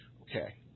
Okay